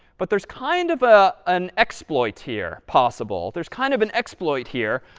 but there's kind of ah an exploit here, possible. there's kind of an exploit here.